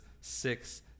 six